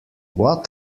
what